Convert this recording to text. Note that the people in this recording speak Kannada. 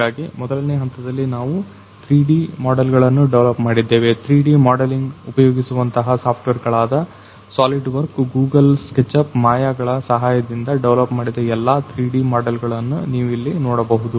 ಹಾಗಾಗಿ ಮೊದಲನೇ ಹಂತದಲ್ಲಿ ನಾವು 3D ಮಾಡೆಲ್ಗಳನ್ನು ಡವಲಪ್ ಮಾಡಿದ್ದೇವೆ 3D ಮಾಡಲಿಂಗ್ ಉಪಯೋಗಿಸುವಂತಹ ಸಾಫ್ಟ್ವೇರ್ ಗಳಾದ solidworks Google sketch up Maya ಗಳ ಸಹಾಯದಿಂದ ಡವಲಪ್ ಮಾಡಿದ ಎಲ್ಲಾ 3D ಮಾಡೆಲ್ಗಳನ್ನು ನೀವಿಲ್ಲಿ ನೋಡಬಹುದು